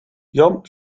jan